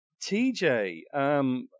TJ